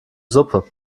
suppe